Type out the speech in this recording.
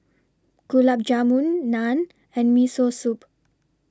Gulab Jamun Naan and Miso Soup